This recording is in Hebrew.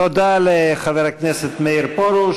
תודה לחבר הכנסת מאיר פרוש.